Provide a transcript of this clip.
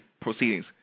proceedings